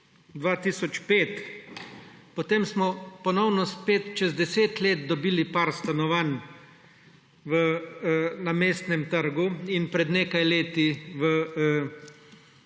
2005. Potem smo ponovno spet čez 10 let dobili par stanovanj na Mestnem trgu in pred nekaj leti v Rožni